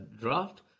draft